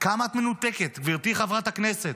כמה את מנותקת, גברתי חברת הכנסת.